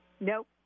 Nope